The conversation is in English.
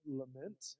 lament